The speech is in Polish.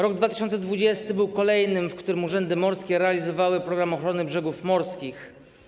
Rok 2020 był kolejnym, w którym urzędy morskie realizowały „Program ochrony brzegów morskich”